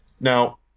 Now